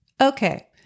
Okay